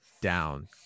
down